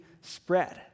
spread